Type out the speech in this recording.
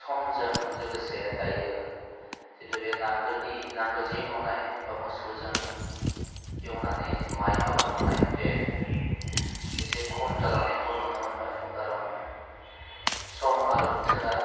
समजों लोगोसे दायो जिथु बे नांगोलनि नांगोलजों एवनाय बा मोसौजों एवनानै जि माय आबाद मावनाय बे इसे खम जालांनायखौ नुनो मोनबाय कारन सम आरो बोथोरा